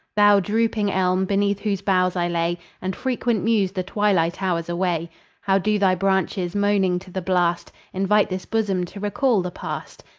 thou drooping elm! beneath whose boughs i lay, and frequent mused the twilight hours away how do thy branches, moaning to the blast, invite this bosom to recall the past,